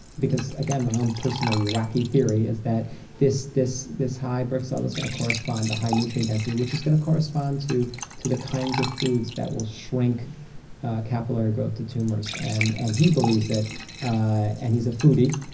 because, again, my own personal wacky theory is that this this high brix ah level is going to correspond to high nutrient density, which is going to correspond to to the kinds of foods that will shrink capillary growth to tumors. and and he believes it and he's a foodie,